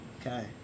Okay